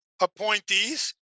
appointees